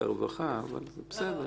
הרווחה אבל זה בסדר.